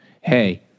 Hey